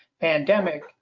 pandemic